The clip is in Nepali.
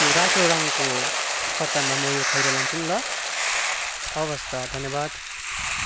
रातो रङ्गको सट्टामा म यो खैरो लान्छु नि ल हवस् त धन्यवाद